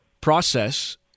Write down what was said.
process